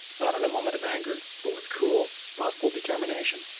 not in a moment of anger but with cool, thoughtful determination,